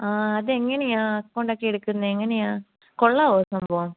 ആ അതെങ്ങനെയാണ് അക്കൗണ്ടൊക്കെ എടുക്കുന്നത് എങ്ങനെയാണ് കൊള്ളാമോ സംഭവം